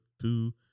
two